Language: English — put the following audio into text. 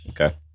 okay